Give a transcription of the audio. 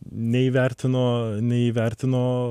neįvertino neįvertino